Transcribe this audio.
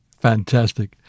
Fantastic